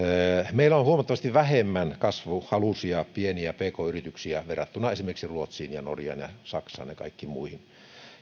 meillä on huomattavasti vähemmän kasvuhaluisia pieniä pk yrityksiä verrattuna esimerkiksi ruotsiin norjaan ja saksaan ja kaikkiin muihin